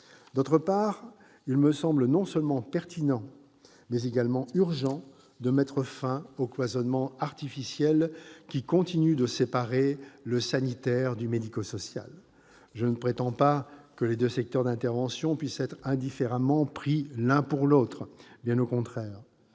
D'autre part, il me semble non seulement pertinent, mais également urgent de mettre fin aux cloisonnements artificiels qui continuent de séparer le sanitaire du médico-social. Je ne prétends pas que les deux secteurs d'intervention puissent être indifféremment pris l'un pour l'autre, bien au contraire.